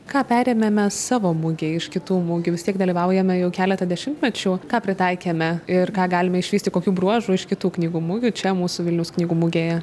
ką perėmėme savo mugei iš kitų mugių vis tiek dalyvaujame jau keletą dešimtmečių ką pritaikėme ir ką galime išvysti kokių bruožų iš kitų knygų mugių čia mūsų vilniaus knygų mugėje